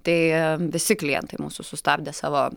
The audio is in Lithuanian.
tai visi klientai mūsų sustabdė savo